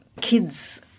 kids